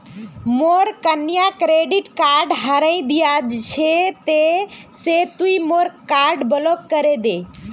मोर कन्या credit card हरें दिया छे से तुई मोर कार्ड ब्लॉक करे दे